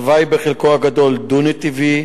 התוואי בחלקו הגדול דו-נתיבי,